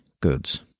goods